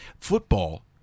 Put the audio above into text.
Football